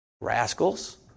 Rascals